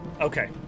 Okay